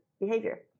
behavior